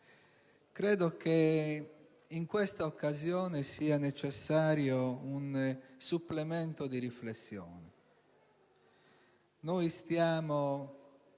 credo che in questa occasione sia necessario un supplemento di riflessione.